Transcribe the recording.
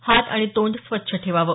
हात आणि तोंड स्वच्छ ठेवावं